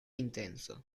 intenso